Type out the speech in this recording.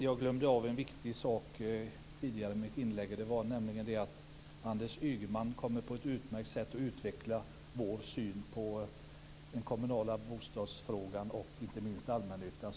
Fru talman! Jag glömde säga en viktig sak. Anders Ygeman kommer på ett utmärkt sätt att utveckla vår syn på den kommunala bostadsfrågan och inte minst på allmännyttan.